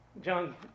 John